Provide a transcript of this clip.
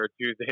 Tuesday